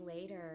later